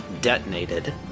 detonated